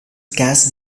gas